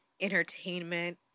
entertainment